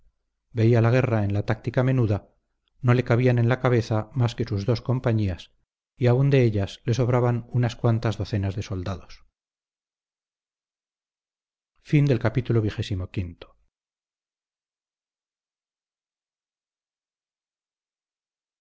veía la guerra en la táctica menuda no le cabían en la cabeza más que sus dos compañías y aun de ellas le sobraban unas cuantas docenas de soldados